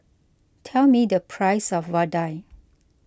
tell me the price of Vadai